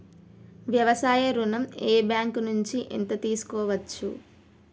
వ్యవసాయ ఋణం ఏ బ్యాంక్ నుంచి ఎంత తీసుకోవచ్చు?